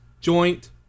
joint